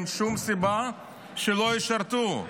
אין שום סיבה שלא ישרתו,